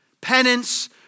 penance